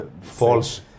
false